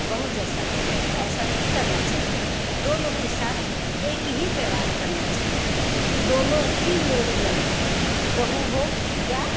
बहू जैसा व्यवहार ऐसा नहीं करना चाहिए दोनों के साथ एक ही व्यवहार करना चाहिए कि दोनों ही मेरी लड़की है बहू हो या